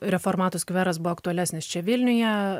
reformatų skveras buvo aktualesnis čia vilniuje